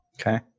Okay